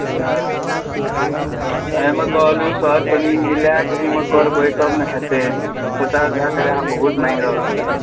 हँ एहिमे कहलहुॅं सर कनी मिलाकऽ एहिमे करबै तब ने हेतै पचास हजार टका अहाँ बहुत मागि रहल छियै